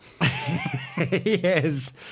Yes